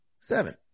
seven